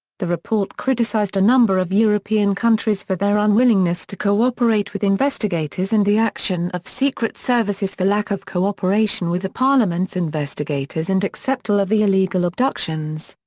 the report criticized a number of european countries for their unwillingness to co-operate with investigators and the action of secret services for lack of cooperation with the parliaments' investigators and acceptal of the illegal abductions.